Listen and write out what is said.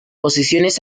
posiciones